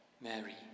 Mary